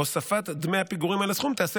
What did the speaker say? הוספת דמי הפיגורים על הסכום תיעשה